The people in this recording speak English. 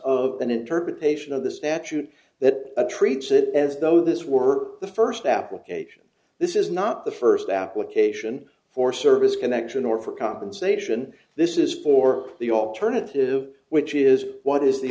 of an interpretation of the statute that treats it as though this were the first application this is not the first application for service connection or for compensation this is for the alternative which is what is the